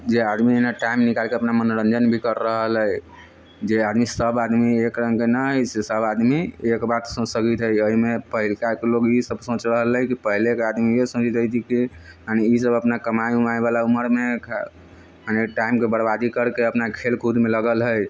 जे आदमी नहि टाइम निकालिके अपना मनोरञ्जन भी कर रहल है जे आदमी सभ आदमी एक रङ्गके नहि है ई से सभ आदमी एक बात सोचि सकैत है एहिमे पहिलकाके लोक ई सभ सोचि रहलै कि पहिलेके आदमी यही समझैत है कि यानि ई सभ अपना कमाइ उमाइवला उमरमे यानि टाइमके बरबादी करके अपना खेलकूदमे लगल है